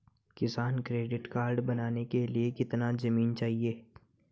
किसान credit card बनाने के लिए कितनी जमीन चाहिए?